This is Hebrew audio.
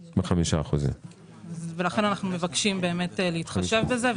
לכן, אנחנו מבקשים להתחשב בזה.